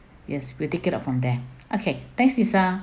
yes we take it out from there okay thanks lisa